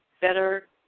better